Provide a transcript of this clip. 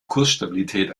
kursstabilität